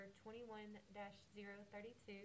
21-032